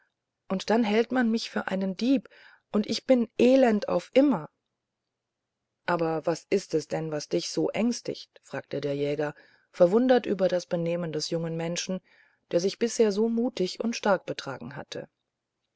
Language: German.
und dann hält man mich für einen dieb und ich bin elend auf immer aber was ist es denn das dich so ängstigt fragte der jäger verwundert über das benehmen des jungen menschen der sich bisher so mutig und stark betragen hatte